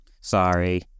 Sorry